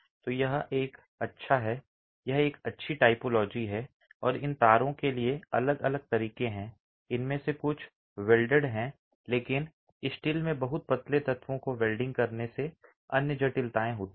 तो यह अच्छा है यह एक अच्छी टाइपोलॉजी है और इन तारों के अलग अलग तरीके हैं इनमें से कुछ वेल्डेड हैं लेकिन स्टील में बहुत पतले तत्वों को वेल्डिंग करने से अन्य जटिलताएं होती हैं